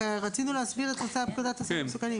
ובמוסדות ולתת טיפול באמצעות סמים מסוכנים.